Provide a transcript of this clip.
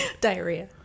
Diarrhea